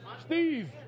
Steve